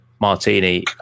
martini